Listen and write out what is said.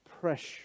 pressure